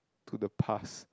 to the past